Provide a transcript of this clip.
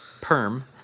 Perm